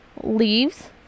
leaves